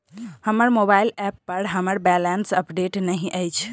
हमर mobile app पर हमर बैलेंस अपडेट नहि अछि